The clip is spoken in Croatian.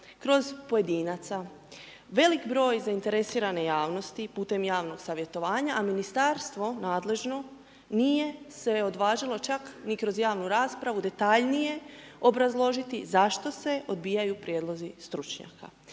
kroz pojedinaca. Velik broj zainteresirane javnosti putem javnog savjetovanja, a ministarstvo nadležno nije se odvažilo čak ni kroz javnu raspravu detaljnije obrazložiti zašto se odbijaju prijedlozi stručnjaka.